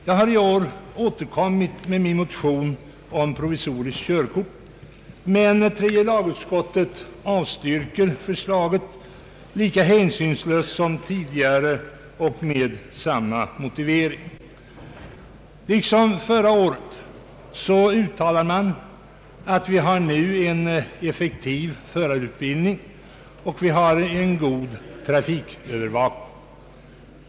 Jag har i år återkommit med min motion om provisoriskt körkort, men tredje lagutskottet avstyrker förslaget lika hänsynslöst som tidigare och med samma motivering. Liksom förra året uttalar utskottet att vi nu har en effektiv förarutbildning och en god trafikövervakning.